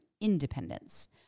independence